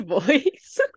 voice